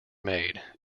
made